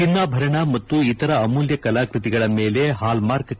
ಚಿನ್ನಾಭರಣ ಮತ್ತು ಇತರ ಅಮೂಲ್ನ ಕಲಾಕ್ಟತಿಗಳ ಮೇಲೆ ಹಾಲ್ಮಾರ್ಕ್ ಕಡ್ನಾಯ